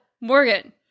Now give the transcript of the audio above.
Morgan